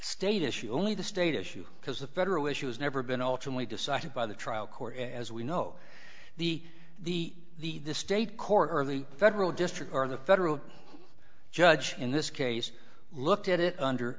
state issue only the state issue because the federal issue has never been altered we decided by the trial court as we know the the state court or the federal district or the federal judge in this case looked at it under